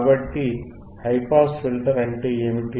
కాబట్టి high pass filter అంటే ఏమిటి